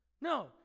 No